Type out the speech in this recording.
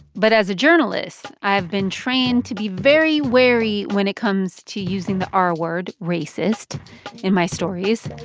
but as a journalist, i've been trained to be very wary when it comes to using the ah r-word racist in my stories.